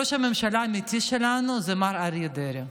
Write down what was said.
ראש הממשלה האמיתי שלנו זה מר אריה דרעי,